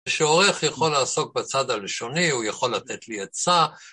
שעורך יכול לעסוק בצד הלשוני, הוא יכול לתת לי עצה.